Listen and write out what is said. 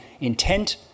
intent